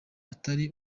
utari